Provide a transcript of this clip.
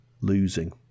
losing